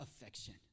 affection